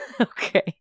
Okay